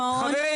אחת